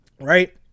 right